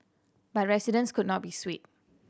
but residents could not be swayed